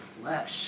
flesh